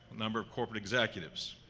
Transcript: number of corporate executives.